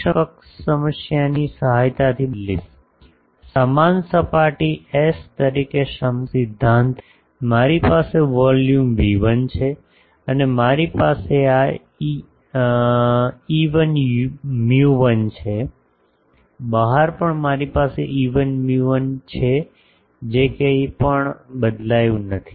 હવે આ વાસ્તવિક સમસ્યા હું સમકક્ષ સમસ્યાની સહાયથી બદલીશ સમાન સપાટી S તરીકે સમકક્ષ સિદ્ધાંત ભરીશ મારી પાસે વોલ્યુમ V1 છે અને મારી પાસે આ ε1 μ1 છે બહાર પણ મારી પાસે ε1 μ1 છે જે કંઈપણ બદલ્યું નથી